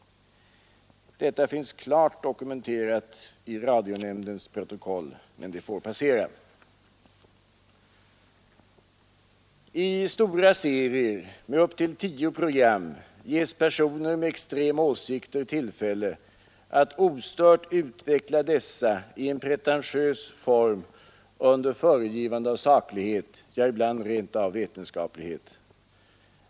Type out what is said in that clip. Detta finns klart dokumenterat i radionämndens protokoll, men det får passera. I stora serier med upp till tio program ges personer med extrema åsikter tillfälle att ostört utveckla dessa i en pretentiös form och under föregivande av saklighet, ja, ibland rent av vetenskaplighet.